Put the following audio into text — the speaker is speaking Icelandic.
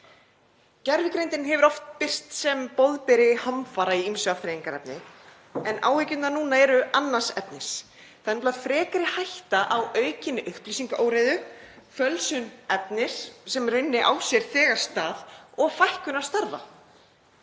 Gervigreindin hefur oft birst sem boðberi hamfara í ýmsu afþreyingarefni en áhyggjurnar núna eru annars efnis. Það er nefnilega frekari hætta á aukinni upplýsingaóreiðu, fölsun efnis, sem í raun á sér þegar stað, og fækkun starfa.